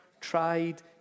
tried